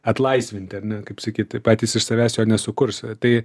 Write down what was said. atlaisvinti ar ne kaip sakyt tai patys iš savęs jo nesukurs a tai